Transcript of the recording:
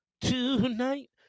Tonight